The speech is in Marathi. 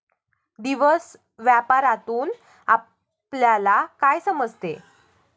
दिवस व्यापारातून आपल्यला काय समजते